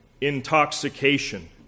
intoxication